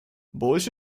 больше